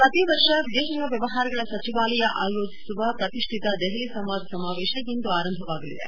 ಪ್ರತಿವರ್ಷ ವಿದೇಶಾಂಗ ವ್ಯವಹಾರಗಳ ಸಚಿವಾಲಯ ಆಯೋಜಿಸುವ ಪ್ರತಿಷ್ಠಿತ ದೆಹಲಿ ಸಂವಾದ ಸಮಾವೇತ ಇಂದು ಆರಂಭವಾಗಲಿದೆ